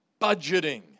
budgeting